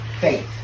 faith